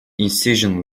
incision